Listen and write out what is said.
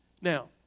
Now